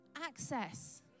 access